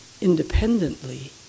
independently